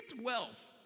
wealth